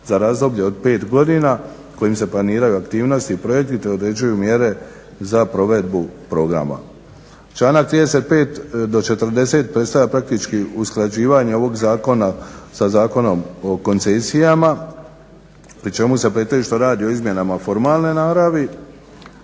za razdoblje od 5 godina kojim se planiraju aktivnosti i projekti te određuju mjere za provedbu programa. Članak 35. do 40. predstavlja praktički usklađivanje ovog zakona sa Zakonom o koncesijama pri čemu se pretežito radi o izmjenama formalne naravi